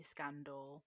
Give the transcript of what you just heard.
Scandal